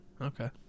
Okay